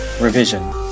revision